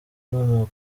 inkomoko